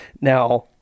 Now